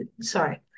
sorry